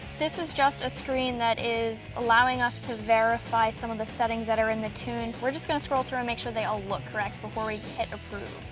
this is just a screen that is allowing us to verify some of the settings that are in the tune. we're just gonna scroll through and make sure they all look correct before we hit approve.